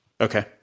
Okay